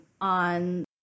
on